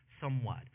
somewhat